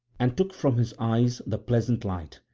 and took from his eyes the pleasant light,